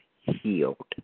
healed